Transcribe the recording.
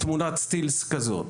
תמונת סטילס כזאת,